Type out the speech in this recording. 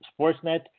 Sportsnet